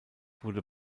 wurde